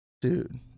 Dude